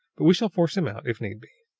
but we shall force him out, if need be.